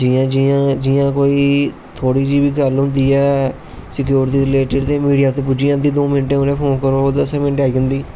जियां जिया जियां कोई थोह्ड़ी जेही बी गल्ल होंदी ऐ सिक्योरिटी दे रिलेटिड मिडिया ते पुज्जी जंदी दसे मिन्टे च फोन करो ते आई जंदी